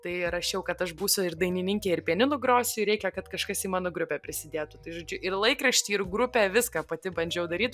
tai įrašiau kad aš būsiu ir dainininkė ir pianinu grosiu ir reikia kad kažkas į mano grupę prisidėtų tai žodžiu ir laikraštį ir grupę viską pati bandžiau daryt